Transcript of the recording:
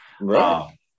Right